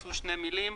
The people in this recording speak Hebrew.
הוכנסו שתי מילים: